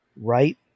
right